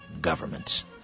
governments